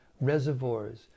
reservoirs